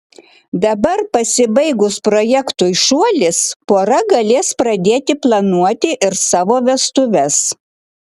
dabar pasibaigus projektui šuolis pora galės pradėti planuoti ir savo vestuves